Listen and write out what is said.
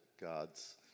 God's